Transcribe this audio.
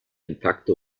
intakte